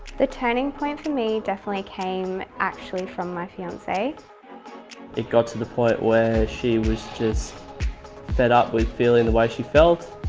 the turning point for me definitely came actually from my fiance. jeremy it got to the point where she was just fed up with feeling the way she felt.